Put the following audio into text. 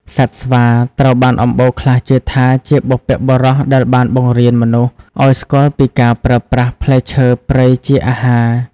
សត្វស្វា ត្រូវបានអំបូរខ្លះជឿថាជាបុព្វបុរសដែលបានបង្រៀនមនុស្សឱ្យស្គាល់ពីការប្រើប្រាស់ផ្លែឈើព្រៃជាអាហារ។